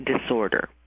disorder